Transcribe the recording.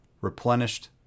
replenished